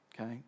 Okay